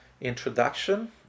introduction